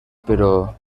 però